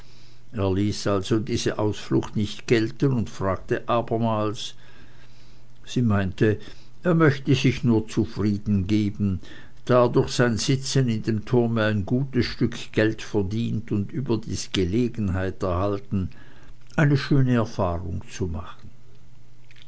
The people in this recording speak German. also diese ausflucht nicht gelten und fragte abermals sie meinte er möchte sich nur zufriedengeben da er durch sein sitzen in dem turme ein gutes stück geld verdient und überdies gelegenheit erhalten eine schöne erfahrung zu machen